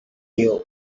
you